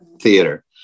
theater